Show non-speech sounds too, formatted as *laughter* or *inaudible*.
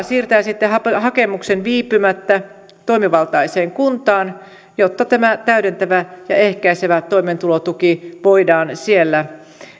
*unintelligible* siirtää sitten hakemuksen viipymättä toimivaltaiseen kuntaan jotta tämä täydentävä ja ehkäisevä toimeentulotuki voidaan siellä